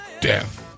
death